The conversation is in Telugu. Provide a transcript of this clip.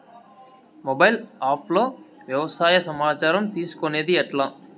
మొబైల్ ఆప్ లో వ్యవసాయ సమాచారం తీసుకొనేది ఎట్లా?